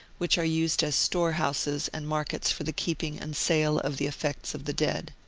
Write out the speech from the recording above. which are used as storehouses and markets for the keeping and sale of the effects of the dead.